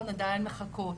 בטלפון, הן עדיין מחכות.